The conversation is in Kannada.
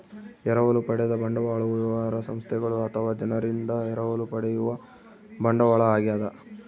ಎರವಲು ಪಡೆದ ಬಂಡವಾಳವು ವ್ಯವಹಾರ ಸಂಸ್ಥೆಗಳು ಅಥವಾ ಜನರಿಂದ ಎರವಲು ಪಡೆಯುವ ಬಂಡವಾಳ ಆಗ್ಯದ